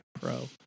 Pro